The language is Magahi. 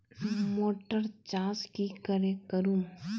मोटर चास की करे करूम?